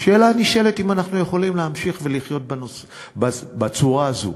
והשאלה הנשאלת היא אם אנחנו יכולים להמשיך ולחיות בצורה הזאת,